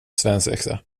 svensexa